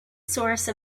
source